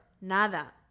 Nada